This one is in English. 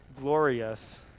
glorious